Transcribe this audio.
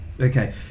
Okay